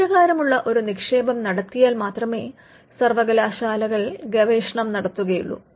അപ്രകാരം ഒരു നിക്ഷേപം നടത്തിയാൽ മാത്രമേ സർവ്വകലാശാലകൾ ഗവേഷണം നടത്തുകയുള്ളു